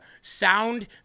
sound